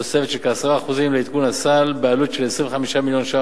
תוספת של כ-10% לעדכון הסל בעלות של 25 מיליון ש"ח.